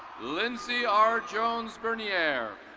lindsey r jones burneir.